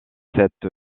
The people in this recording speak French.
cette